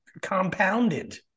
compounded